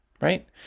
right